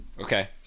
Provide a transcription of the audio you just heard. Okay